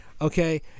okay